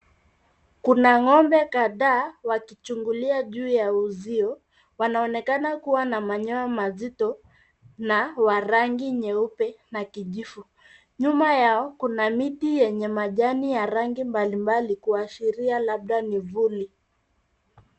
Kuna ng'ombe kadhaa wakichungulia juu ya uzio. Wanaonekana kuwa na manyoya mazito na wa rangi nyeupe na kijivu. Nyuma yao kuna miti yenye majani ya rangi mbalimbali kuashiria labda ni vuli.